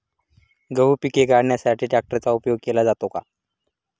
गहू पिके कापण्यासाठी ट्रॅक्टरचा उपयोग केला जातो का?